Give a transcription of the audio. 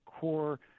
core